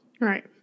right